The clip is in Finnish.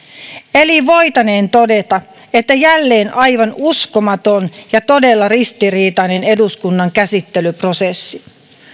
eli voitaneen todeta että jälleen aivan uskomaton ja todella ristiriitainen eduskunnan käsittelyprosessi